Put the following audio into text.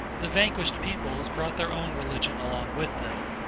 the vanquished peoples brought their own religion along with them.